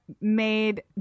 made